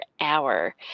hour